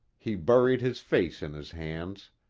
he buried his face in his hands,